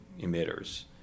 emitters